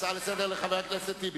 הצעה לסדר של חבר הכנסת אחמד טיבי.